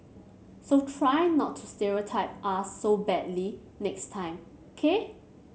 so try not to stereotype us so badly next time ok